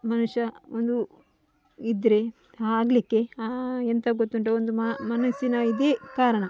ಮನುಷ್ಯ ಒಂದು ಇದ್ದರೆ ಆಗಲಿಕ್ಕೆ ಎಂಥ ಗೊತ್ತುಂಟ ಒಂದು ಮಾ ಮನಸ್ಸಿನ ಇದೇ ಕಾರಣ